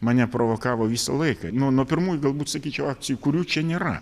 mane provokavo visą laiką nu nuo pirmųjų galbūt sakyčiau akcijų kurių čia nėra